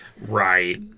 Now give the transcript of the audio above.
Right